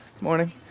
Morning